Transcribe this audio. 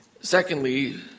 Secondly